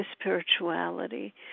spirituality